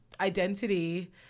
identity